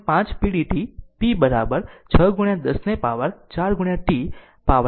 5 pdt P 6 10 ને power 4 t પાવરમાં સંકલન કરો